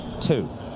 two